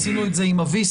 עשינו את זה אם ה-VC.